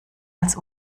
als